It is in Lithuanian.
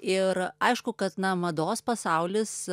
ir aišku kad na mados pasaulis